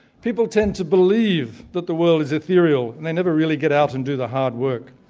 people tend to believe that the world is ethereal, and they never really get out and do the hard work.